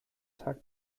tag